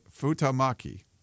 Futamaki